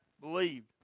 believed